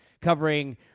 covering